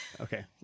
Okay